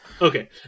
okay